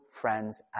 friends